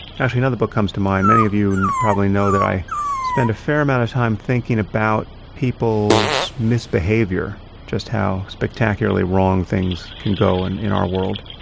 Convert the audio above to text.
actually, another book comes to mind. many of you and probably know that i spend a fair amount of time thinking about people's misbehavior just how spectacularly wrong things can go and in our world.